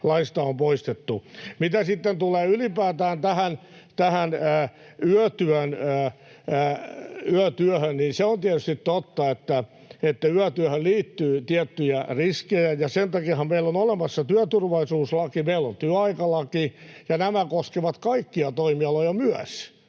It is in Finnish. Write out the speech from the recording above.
laista on poistettu. Mitä sitten tulee ylipäätään yötyöhön, niin se on tietysti totta, että yötyöhön liittyy tiettyjä riskejä. Sen takiahan meillä on olemassa työturvallisuuslaki, meillä on työaikalaki, ja nämä myös koskevat kaikkia toimialoja ja